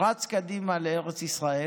רץ קדימה לארץ ישראל,